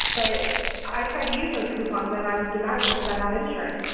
but i tried to use those coupons, but and i was denied because i have insurance.